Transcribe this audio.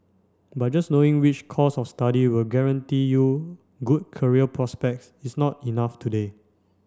but just knowing which course of study will guarantee you good career prospects is not enough today